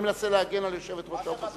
אני מנסה להגן על יושבת-ראש האופוזיציה.